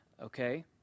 okay